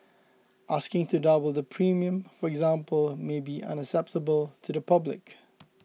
asking to double the premium for example may be unacceptable to the public